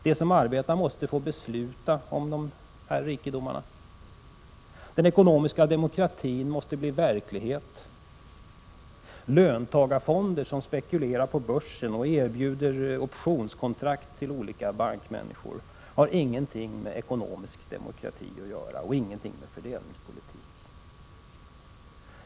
De som arbetar måste få besluta om dessa rikedomar. Den ekonomiska demokratin måste bli verklighet. Löntagarfonder som spekulerar på börsen och erbjuder optionskontrakt till olika bankmänniskor har ingenting med en ekonomisk demokrati och fördelningspolitik att göra.